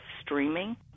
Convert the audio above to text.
streaming